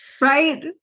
Right